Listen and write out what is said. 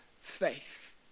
faith